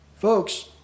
folks